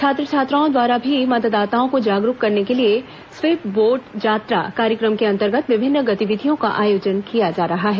छात्र छात्राओं द्वारा भी मतदाताओं को जागरूक करने के लिए स्वीप बोट जात्रा कार्यक्रम के अन्तर्गत विभिन्न गतिविधियों का आयोजन किया जा रहा है